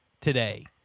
today